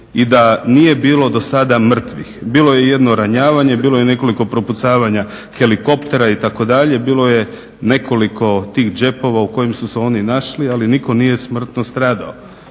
i da nije bilo dosada mrtvih. Bilo je jedno ranjavanje, bilo je nekoliko propucavanja helikoptera itd., bilo je nekoliko tih džepova u kojim su se oni našli ali nitko nije smrtno stradao.